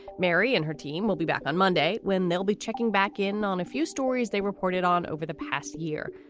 mary and her team will be back on monday when they'll be checking back in on a few stories they reported on over the past year.